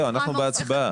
אל תגזימו.